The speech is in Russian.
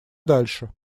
дальше